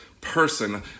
person